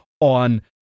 on